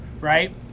right